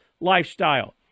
lifestyle